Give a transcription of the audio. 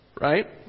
right